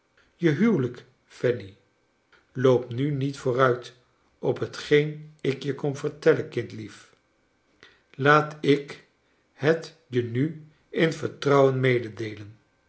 je huwelijk fanny loop nu niet vooruit op hetgeen ik je kom vertellen kindlief laat ik heb je nu in vertrouwen meedeelen